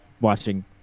watching